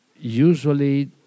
Usually